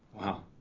Wow